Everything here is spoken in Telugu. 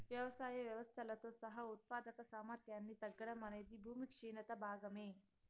వ్యవసాయ వ్యవస్థలతో సహా ఉత్పాదక సామర్థ్యాన్ని తగ్గడం అనేది భూమి క్షీణత భాగమే